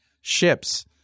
ships